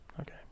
Okay